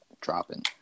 dropping